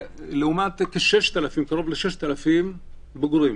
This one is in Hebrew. לעומת קרוב ל-6,000 בוגרים.